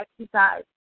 exercise